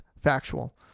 factual